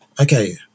okay